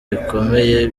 bikomeye